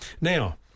Now